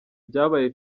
byabaye